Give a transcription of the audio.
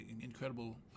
incredible